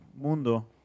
Mundo